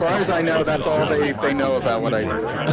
far as i know, that's all they they know about what i do.